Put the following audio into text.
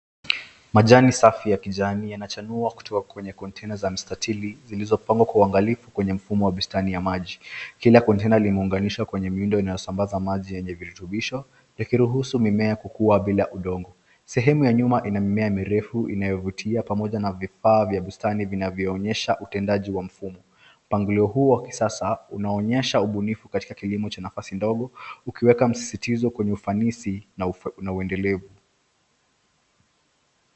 Majani safi ya kijani yanachanua kutoka kwenye kontena za mstatili zilizopangwa kwa uangalifu kwenye mfumo wa bustani ya maji. Kila kontena imeunganishwa kwenye muundo inayosambaza maji yenye virutubisho yakiruhusu mimea kukua bila udongo. Sehemu ya nyuma ina mimea mirefu inayovutia pamoja na vifaa vya bustani vinavyoonyesha utendaji wa mfumo. Mpangilio huu wa kisasa unaonyesha ubunifu katika kilimo cha nafasi ndogo ukiweka msisitizo kwenye ufanisi na uendelevu.